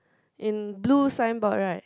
in blue signboard right